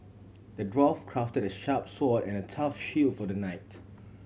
the dwarf crafted a sharp sword and a tough shield for the knight